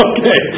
Okay